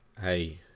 hey